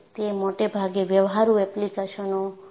તે મોટે ભાગે વ્યવહારુ એપ્લિકેશનો ઉપર છે